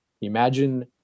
imagine